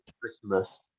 Christmas